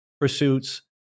pursuits